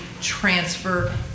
transfer